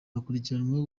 bakurikiranweho